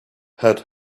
had